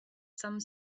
some